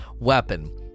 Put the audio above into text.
weapon